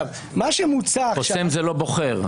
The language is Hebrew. חוסם זה לא בוחר.